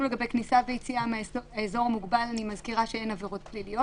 לגבי כניסה ויציאה מהאזור המוגבל אני מזכירה שאין עבירות פליליות.